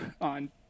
on